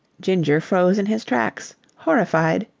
ginger froze in his tracks, horrified.